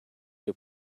new